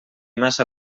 massa